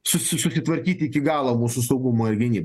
susi susitvarkyti iki galo mūsų saugumą ir gynybą